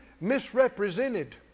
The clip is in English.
misrepresented